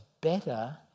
better